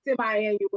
semi-annual